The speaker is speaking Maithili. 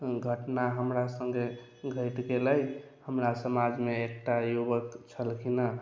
घटना हमरा संगे घटि गेलै हमरा समाज मे एकटा युवक छलखिन हँ